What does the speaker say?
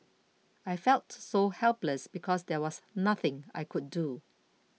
I felt so helpless because there was nothing I could do